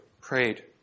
prayed